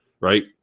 right